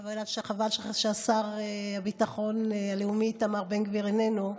חבל שהשר לביטחון הלאומי איתמר בן גביר איננו,